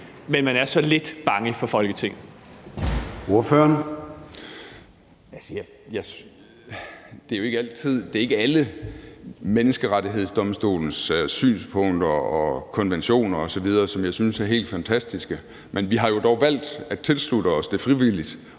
men at man er så lidt bange for Folketinget?